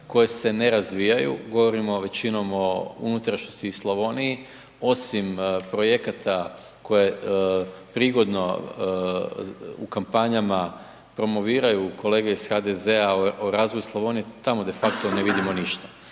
koje se ne razvijaju, govorimo većinom o unutrašnjosti i Slavoniji, osim projekata koje prigodno u kampanjama promoviraju kolege iz HDZ-a o razvoju Slavonije, tamo defakto ne vidimo ništa.